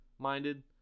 Minded